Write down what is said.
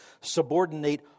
subordinate